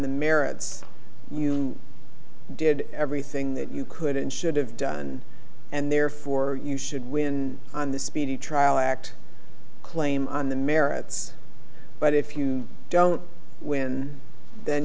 the merits you did everything that you could and should have done and therefore you should win on the speedy trial act claim on the merits but if you don't win then